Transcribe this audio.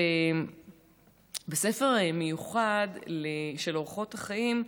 ובספר מיוחד שנקרא "אורחות חיים"